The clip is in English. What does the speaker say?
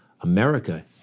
America